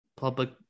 public